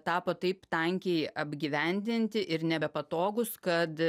tapo taip tankiai apgyvendinti ir nebepatogūs kad